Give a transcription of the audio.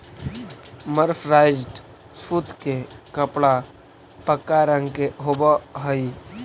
mercerised सूत के कपड़ा पक्का रंग के होवऽ हई